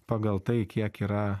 pagal tai kiek yra